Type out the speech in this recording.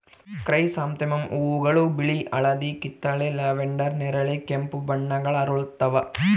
chrysanthemum ಹೂವುಗಳು ಬಿಳಿ ಹಳದಿ ಕಿತ್ತಳೆ ಲ್ಯಾವೆಂಡರ್ ನೇರಳೆ ಕೆಂಪು ಬಣ್ಣಗಳ ಅರಳುತ್ತವ